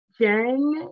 Jen